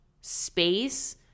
space